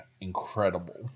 incredible